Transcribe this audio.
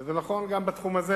וזה נכון גם בתחום הזה.